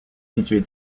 située